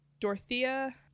Dorothea